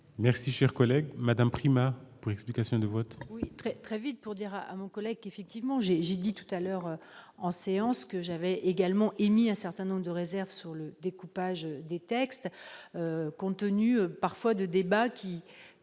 Merci, cher collègue, Madame Prima, explication de vote.